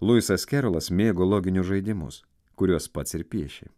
luisas kerolas mėgo loginius žaidimus kuriuos pats ir piešė